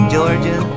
Georgia